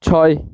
ছয়